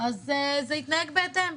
אז זה יתנהג בהתאם.